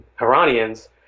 Iranians